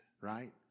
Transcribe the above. right